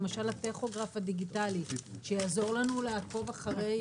למשל הטכוגרף הדיגיטלי שיעזור לנו לעקוב אחרי